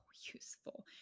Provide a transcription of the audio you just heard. useful